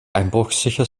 einbruchsicher